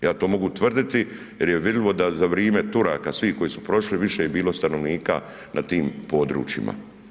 Ja to mogu tvrditi jer je vidljivo da za vrime Turaka svih koji su prošli više je bilo stanovnika na tim područjima.